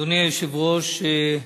אדוני היושב-ראש,